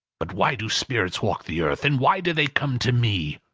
but why do spirits walk the earth, and why do they come to me?